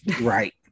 right